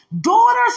daughters